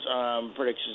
predictions